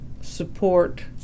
support